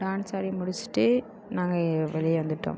dance ஆடி முடிச்சுட்டு நாங்கள் வெளியே வந்துவிட்டோம்